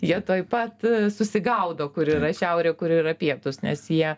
jie tuoj pat susigaudo kur yra šiaurė kur yra pietūs nes jie